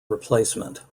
replacement